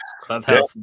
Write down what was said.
Clubhouse